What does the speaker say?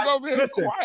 listen